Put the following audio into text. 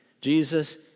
Jesus